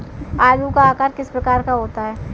आलू का आकार किस प्रकार का होता है?